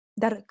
Dar